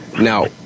Now